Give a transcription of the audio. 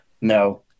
No